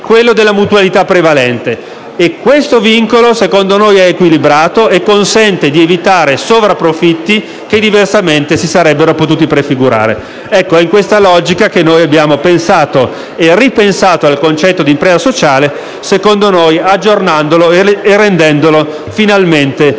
quello della mutualità prevalente, che - secondo noi - è equilibrato e consente di eliminare sovrapprofitti che diversamente si sarebbero potuti prefigurare. È in questa logica che abbiamo pensato e ripensato al concetto d'impresa sociale, secondo noi aggiornandolo e rendendolo finalmente